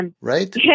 Right